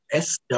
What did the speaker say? SW